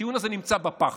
הטיעון הזה נמצא בפח,